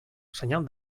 senyal